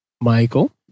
Michael